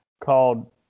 called